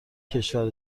کشور